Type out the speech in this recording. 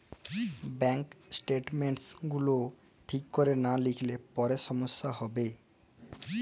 bank statements গুলান ঠিক ক্যরে লা লিখলে পারে সমস্যা হ্যবে